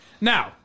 Now